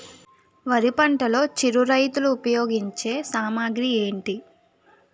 వరి పంటలో చిరు రైతులు ఉపయోగించే సామాగ్రి ఏంటి?